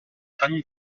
tongue